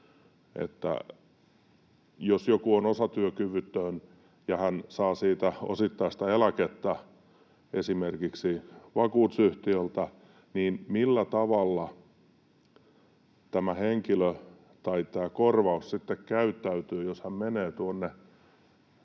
jos joku on osatyökyvytön ja hän saa siitä osittaista eläkettä esimerkiksi vakuutusyhtiöltä, niin millä tavalla tämä korvaus sitten käyttäytyy, jos hän menee tuonne